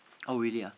oh really ah